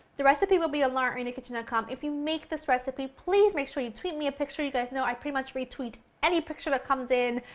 the recipe will be on laurainthekitchen ah com. if you make this recipe, please make sure you tweet me a picture. you guys know i pretty much retweet any picture that comes in,